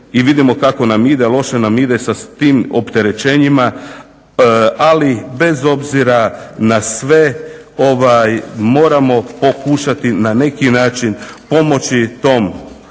i vidimo kako nam ide, loše nam ide sa tim opterećenjima, ali bez obzira na sve ovaj moramo pokušati na neki način pomoći tom